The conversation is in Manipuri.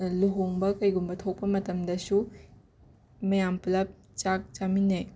ꯂꯨꯍꯣꯡꯕ ꯀꯩꯒꯨꯝꯕ ꯊꯣꯛꯄ ꯃꯇꯝꯗꯁꯨ ꯃꯌꯥꯝ ꯄꯨꯜꯂꯞ ꯆꯥꯛ ꯆꯥꯃꯤꯟꯅꯩ